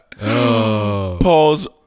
Pause